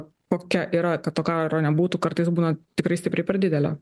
kokia yra kad to karo nebūtų kartais būna tikrai stipriai per didelė